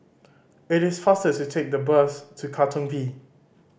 it is faster to take the bus to Katong V